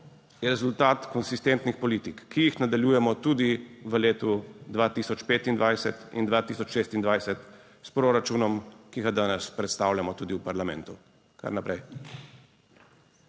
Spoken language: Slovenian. je rezultat konsistentnih politik, ki jih nadaljujemo tudi v letu 2025 in 2026 s proračunom, ki ga danes predstavljamo tudi v parlamentu. Dosti